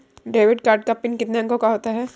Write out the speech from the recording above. Debit card का PIN कितने अंकों का होता है?